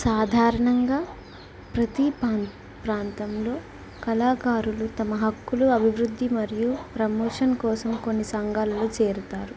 సాధారణంగా ప్రతీ ప్రంత ప్రాంతంలో కళాకారులు తమ హక్కులు అభివృద్ధి మరియు ప్రమోషన్ కోసం కొన్ని సంఘాలలు చేరుతారు